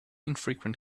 infrequent